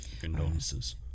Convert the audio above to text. condolences